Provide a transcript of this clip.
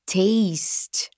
taste